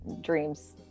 dreams